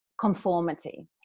conformity